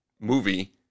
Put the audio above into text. movie